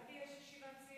גדי, יש ישיבת סיעה.